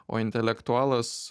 o intelektualas